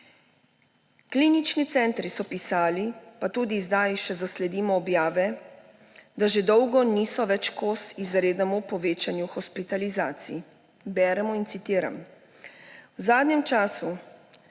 Klinični centri so pisali − pa tudi zdaj še zasledimo objave −, da že dolgo niso več kos izrednemu povečanju hospitalizacij. Beremo − citiram: »V zadnjem času